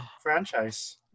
franchise